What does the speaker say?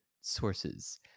sources